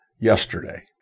yesterday